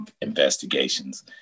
investigations